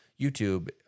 YouTube